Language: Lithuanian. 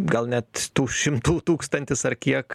gal net tų šimtų tūkstantis ar kiek